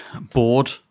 bored